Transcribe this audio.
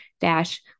dash